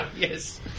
Yes